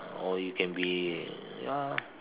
or you can be ya